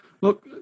look